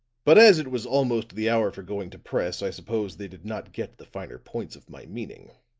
but as it was almost the hour for going to press, i suppose they did not get the finer points of my meaning.